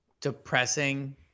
depressing